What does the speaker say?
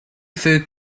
food